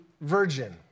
virgin